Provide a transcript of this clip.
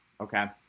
okay